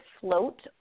float